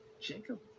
jacob